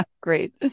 Great